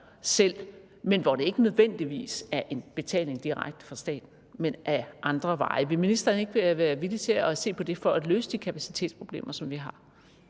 selv, men hvor det ikke nødvendigvis er en betaling direkte fra staten, men ad andre veje. Vil ministeren ikke være villig til at se på det for at løse de kapacitetsproblemer, som vi har?